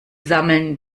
sammeln